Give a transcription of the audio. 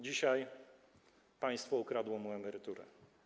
Dzisiaj państwo ukradło mu emeryturę.